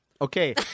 Okay